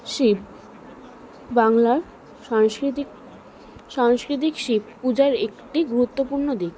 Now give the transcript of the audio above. শিব বাংলার সাংস্কৃতিক সাংস্কৃতিক শিব পূজার একটি গুরুত্বপূর্ণ দিক